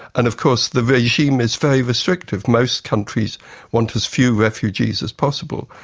and of course the regime is very restrictive. most countries want as few refugees as possible,